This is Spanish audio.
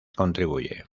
contribuye